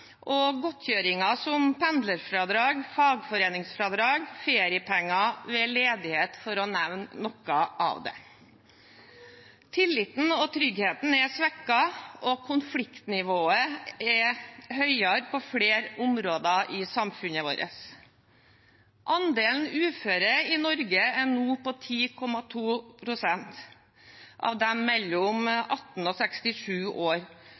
og godtgjøringer som pendlerfradrag, fagforeningsfradrag og feriepenger ved ledighet, for å nevne noe av det. Tilliten og tryggheten er svekket, og konfliktnivået er høyere på flere områder i samfunnet vårt. Andelen uføre i Norge er nå på 10,2 pst. av dem mellom 18 år og 67 år,